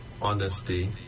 honesty